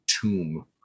tomb